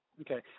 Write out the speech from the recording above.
Okay